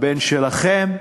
לבן שלכם,